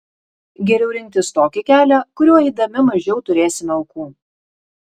geriau rinktis tokį kelią kuriuo eidami mažiau turėsime aukų